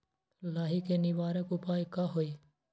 लाही के निवारक उपाय का होई?